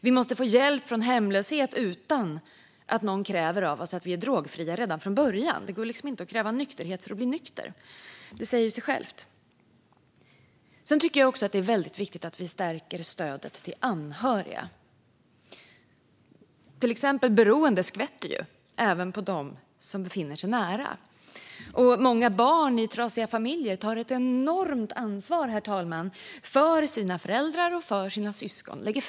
Vi måste få hjälp från hemlöshet utan att någon kräver av oss att vi är drogfria redan från början. Det går inte att kräva nykterhet för att bli nykter. Det säger sig självt. Det är också väldigt viktigt att vi stärker stödet till anhöriga. Till exempel beroende skvätter även på dem som befinner sig nära. Många barn i trasiga familjer tar ett enormt ansvar för sina föräldrar och för sina syskon, herr talman.